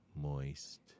moist